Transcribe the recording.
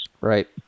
Right